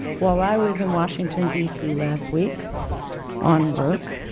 while i was in washington dc last week on work,